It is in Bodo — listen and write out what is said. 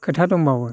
खोथा दंबावो